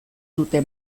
dute